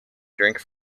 drink